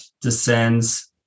descends